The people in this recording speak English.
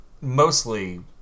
mostly